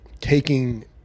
taking